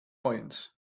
points